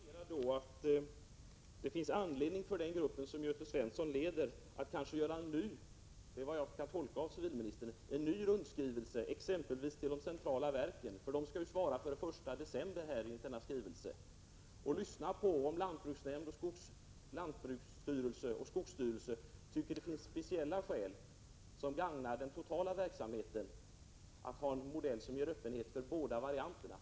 Fru talman! Som jag tolkar civilministerns uttalanden har den grupp som Göte Svenson leder kanske anledning att skicka en ny rundskrivelse exempelvis till de centrala verken. Före den 1 december skall ju dessa svara på den nu aktuella skrivelsen. Lyssna alltså på lantbruksstyrelsen och skogsstyrelsen och ta reda på om man där tycker att det finns speciella skäl att ha en modell som gagnar verksamheten totalt sett och som innebär en öppenhet när det gäller de båda varianterna!